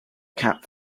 cap